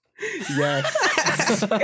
Yes